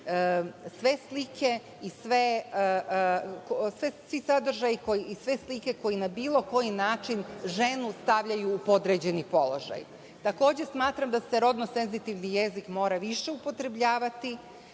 sve slike i svi sadržaji koji na bilo koji način ženu stavljaju u podređeni položaj. Takođe smatram da se rodno senzitivni jezik mora više upotrebljavati.